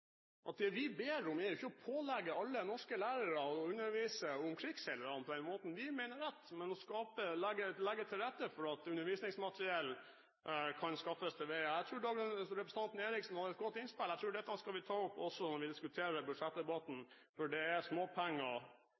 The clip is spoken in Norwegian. at også framtidige generasjoner får ta del i denne lærdommen. Det vi ber om, er jo ikke å pålegge alle norske lærere å undervise om krigsseilerne på den måten vi mener er rett, men å legge til rette for at undervisningsmateriell kan skaffes til veie. Jeg tror representanten Dagrun Eriksen hadde et godt innspill. Jeg tror at vi skal ta opp dette når vi diskuterer budsjettet, for det er småpenger